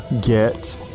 get